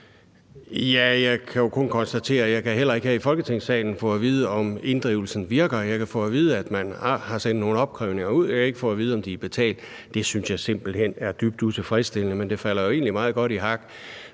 Jeg kan jo kun konstatere, at jeg heller ikke her i Folketingssalen kan få at vide, om inddrivelsen virker. Jeg kan få at vide, at man har sendt nogle opkrævninger ud, men jeg kan ikke få at vide, om pengene er betalt. Det synes jeg simpelt hen er dybt utilfredsstillende, men det falder jo egentlig meget godt i hak